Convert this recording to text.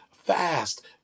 Fast